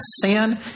sin